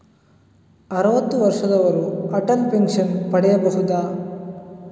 ಅರುವತ್ತು ವರ್ಷದವರು ಅಟಲ್ ಪೆನ್ಷನ್ ಪಡೆಯಬಹುದ?